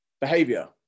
behavior